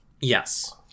Yes